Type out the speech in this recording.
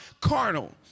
carnal